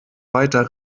weiter